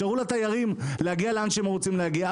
יאפשרו לתיירים להגיע לאן שהם רוצים להגיע.